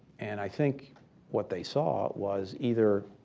and i think what they saw was either